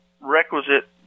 requisite